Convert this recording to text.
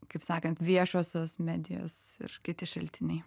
kaip sakant viešosios medijos ir kiti šaltiniai